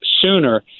sooner